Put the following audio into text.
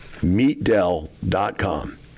Meetdell.com